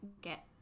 get